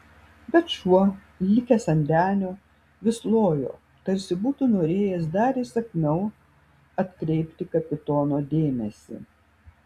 bet šuo likęs ant denio vis lojo tarsi būtų norėjęs dar įsakmiau atkreipti kapitono dėmesį